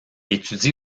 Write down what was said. étudie